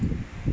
mmhmm